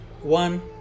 One